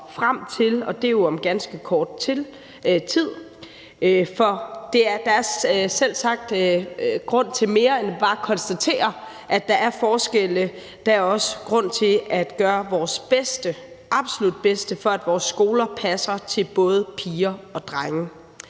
frem til, og det er jo om ganske kort tid. For der er selvsagt en grund til at gøre mere end bare at konstatere, at der er forskelle, for vi skal også gøre vores absolut bedste, for at vores skoler passer til både piger og drenge.